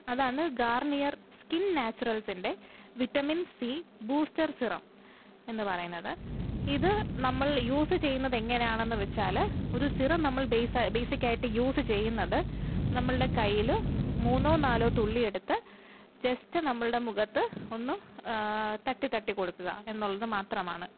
അതാണ് Garnier skin നാച്ചുറൽസിൻ്റെ vitamin C booster serum എന്ന് പറയുന്നത് ഇത് നമ്മൾ യൂസ് ചെയ്യുന്നത് എങ്ങനെ ആണെന്ന് വെച്ചാല് ഒരു സിറം നമ്മൾ ബേസ് ആയി ബേസിക്ക് ആയിട്ട് യൂസ് ചെയ്യുന്നത് നമ്മളുടെ കൈയ്യില് മൂന്നോ നാലോ തുള്ളി എടുത്ത് ജസ്റ്റ് നമ്മളുടെ മുഖത്ത് ഒന്ന് തട്ടി തട്ടി കൊടുക്കുക എന്നുള്ളത് മാത്രമാണ്